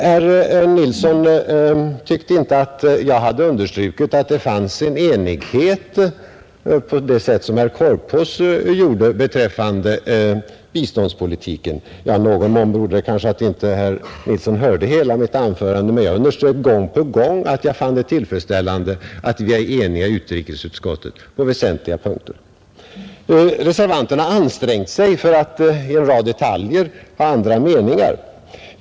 Herr Nilsson tyckte inte att jag hade understrukit, på det sätt som herr Korpås gjorde, att det fanns en enighet beträffande biståndspolitiken. I någon mån berodde det kanske på att herr Nilsson inte hörde hela mitt anförande. Men jag underströk gång på gång att jag anser det tillfredsställande att vi är eniga i utrikesutskottet på väsentliga punkter. Utrikesministern påstod att reservanterna har ansträngt sig för att i en rad detaljer ha andra meningar.